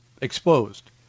exposed